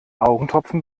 augentropfen